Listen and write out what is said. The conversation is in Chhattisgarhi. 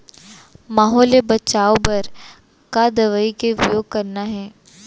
माहो ले बचाओ बर का दवई के उपयोग करना हे?